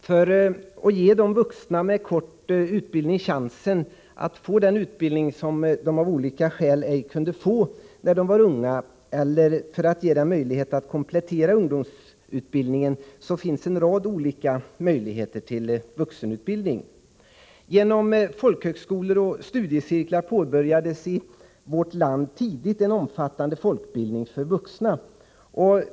Herr talman! När det gäller att ge vuxna med kort utbildning chansen att få den utbildning som de av olika skäl ej kunde få när de var unga eller att ge dem möjlighet att komplettera ungdomsutbildningen finns det en rad olika alternativ till vuxenutbildning. Genom folkhögskolor och studiecirklar påbörjades i vårt land tidigt en omfattande folkbildning för vuxna.